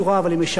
סליחה שנייה,